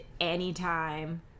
anytime